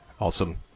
Awesome